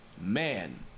man